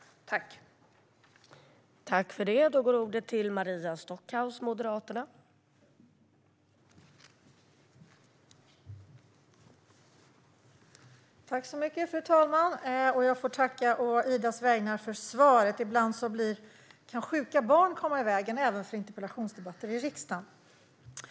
Då Ida Drougge, som framställt interpellationen, anmält att hon var förhindrad att närvara vid sammanträdet medgav förste vice talmannen att Maria Stockhaus i stället fick delta i överläggningen.